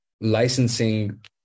licensing